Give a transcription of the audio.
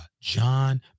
John